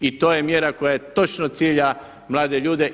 I to je mjera koja točno cilja mlade ljude.